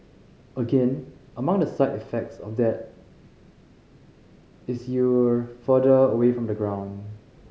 again among the side effects of that is you're further away from the ground